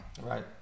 Right